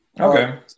Okay